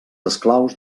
esclaus